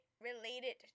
related